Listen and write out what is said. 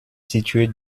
située